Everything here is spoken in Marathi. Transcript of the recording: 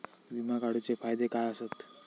विमा काढूचे फायदे काय आसत?